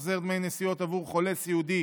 החזר דמי נסיעות עבור חולה סיעודי